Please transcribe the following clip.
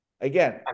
again